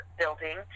building